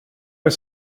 dig